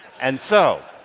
and so,